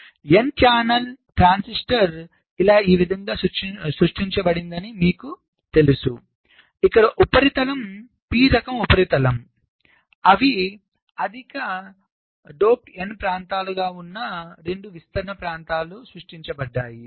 n channel transistor ఇలా ఏ విధముగా సృష్టించబడిందని మీకు తెలుసు ఇక్కడ ఒక ఉపరితలం p రకం ఉపరితలం అవి అధిక డోప్డ్ n ప్రాంతాలు గా వున్న 2 విస్తరణ ప్రాంతాలు సృష్టించబడ్డాయి